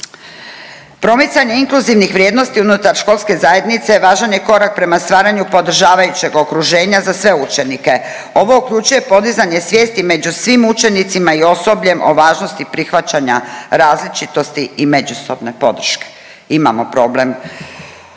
Promicanje inkluzivnih vrijednosti unutar školske zajednice važan je korak prema stvaranju podržavajućeg okruženja za sve učenike. Ovo uključuje podizanje svijesti među svim učenicima i osobljem o važnosti prihvaćanja različitosti i međusobne podrške. Imamo problem